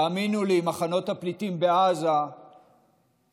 תאמינו לי, מחנות הפליטים בעזה הם